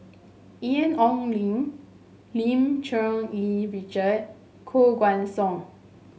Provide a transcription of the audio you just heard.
Ian Ong Li Lim Cherng Yih Richard Koh Guan Song